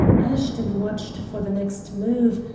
ashton watched for the next move,